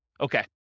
Okay